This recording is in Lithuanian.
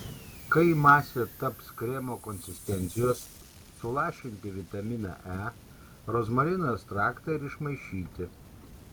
kai masė taps kremo konsistencijos sulašinti vitaminą e rozmarinų ekstraktą ir išmaišyti